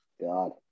God